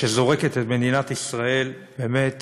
שזורקת את מדינת ישראל באמת